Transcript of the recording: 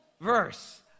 verse